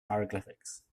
hieroglyphics